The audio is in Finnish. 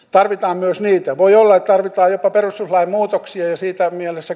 tarvitaan myös niitä voi olla tarvitaan jopa perustuslain muutoksia siitä missä